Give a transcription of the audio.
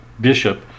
Bishop